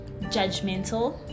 Judgmental